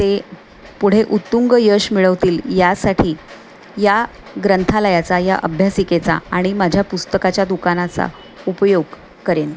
ते पुढे उत्तुंग यश मिळवतील यासाठी या ग्रंथालयाचा या अभ्यासिकेचा आणि माझ्या पुस्तकाच्या दुकानाचा उपयोग करेन